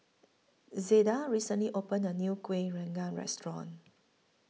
Zelda recently opened A New Kuih Rengas Restaurant